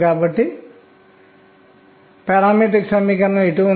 కాబట్టి ఇది ప్రాథమిక సూత్రం అవుతుంది